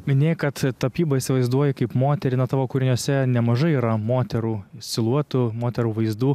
minėjai kad tapybą įsivaizduoji kaip moterį na tavo kūriniuose nemažai yra moterų siluetų moterų vaizdų